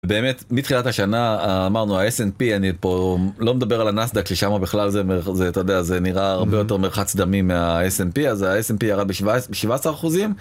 באמת מתחילת השנה אמרנו ה-SNP אני פה לא מדבר על הנסדאק ששמה בכלל זה, אתה יודע, זה נראה הרבה יותר מרחץ דמים מה-SNP, אז ה-SNP ירד ב 17%